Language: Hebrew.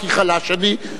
כי חלש אני,